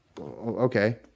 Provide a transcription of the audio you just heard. okay